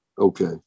okay